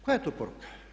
Koja je to poruka?